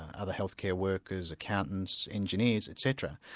other health-care workers, accountants, engineers, etc.